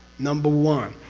number one